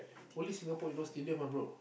only Singapore you know stadium ah bro